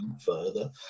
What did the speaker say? further